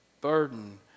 burden